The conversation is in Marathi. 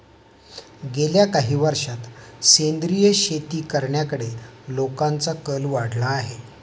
गेल्या काही वर्षांत सेंद्रिय शेती करण्याकडे लोकांचा कल वाढला आहे